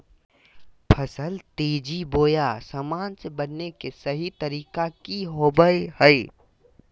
फसल तेजी बोया सामान्य से बढने के सहि तरीका कि होवय हैय?